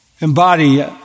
embody